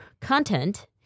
content